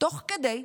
תוך כדי,